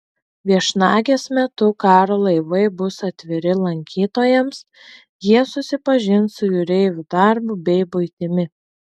viešnagės metu karo laivai bus atviri lankytojams jie susipažins su jūreivių darbu bei buitimi